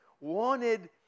wanted